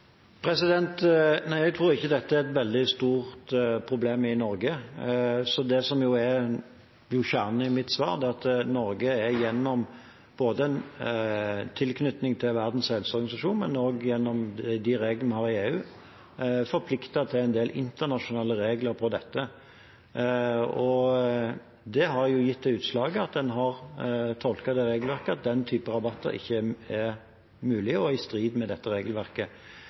Nei, jeg tror ikke dette er et veldig stort problem i Norge. Det som er kjernen i mitt svar, er at Norge, både gjennom tilknytningen til Verdens helseorganisasjon og gjennom de reglene vi har i EU, er forpliktet til en del internasjonale regler knyttet til dette. Det har gitt det utslaget at en har tolket regelverket dit hen at den typen rabatter ikke er mulig og i strid med regelverket.